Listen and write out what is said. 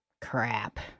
Crap